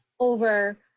Over